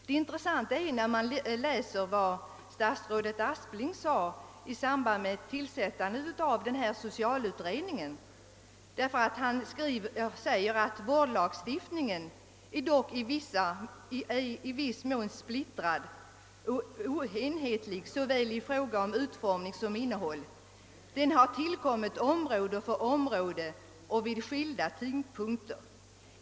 Det intressanta är vad «statsrådet Aspling sade i samband med tillsättandet av socialutredningen: »Vårdlagstiftningen är dock i viss mån splittrad och oenhetlig såväl i fråga om utformning som innehåll. Den har tillkommit område för område och vid skilda tidpunkter.